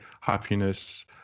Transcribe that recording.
happiness